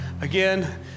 again